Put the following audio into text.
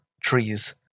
trees